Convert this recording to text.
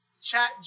chat